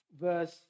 verse